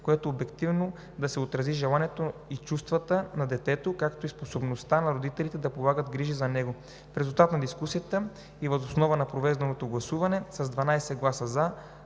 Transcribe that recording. което обективно да са отразени желанията и чувствата на детето, както и способността на родителите да полагат грижи за него. В резултат на дискусията и въз основа на проведеното гласуване с 12 гласа „за“,